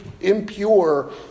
impure